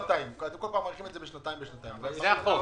אתם כל פעם מאריכים את זה -- זה החוק.